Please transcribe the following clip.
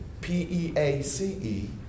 P-E-A-C-E